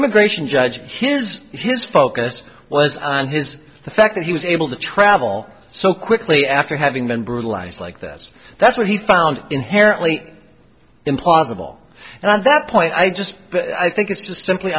immigration judge his his focus was on his the fact that he was able to travel so quickly after having been brutalized like this that's what he found inherently impossible and i that point i just i think it's just simply